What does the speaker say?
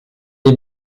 est